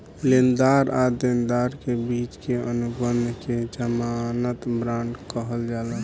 लेनदार आ देनदार के बिच के अनुबंध के ज़मानत बांड कहल जाला